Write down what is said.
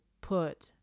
put